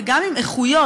וגם עם איכויות,